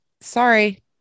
sorry